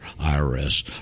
IRS